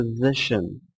position